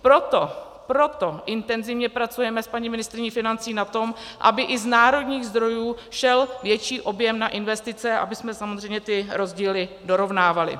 Proto intenzivně pracujeme s paní ministryní financí na tom, aby i z národních zdrojů šel větší objem na investice, abychom samozřejmě ty rozdíly dorovnávali.